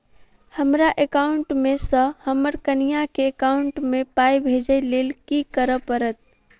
हमरा एकाउंट मे सऽ हम्मर कनिया केँ एकाउंट मै पाई भेजइ लेल की करऽ पड़त?